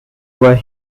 were